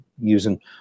using